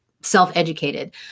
self-educated